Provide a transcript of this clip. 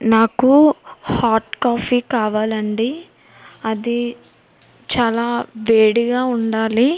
నాకు hot coffee కావాలి అండి అది చాలా వేడిగా ఉండాలి